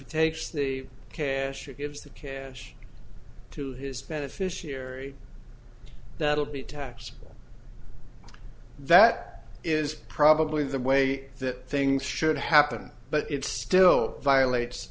it takes the cash it gives the cash to his beneficiary that'll be taxable that is probably the way that things should happen but it still violates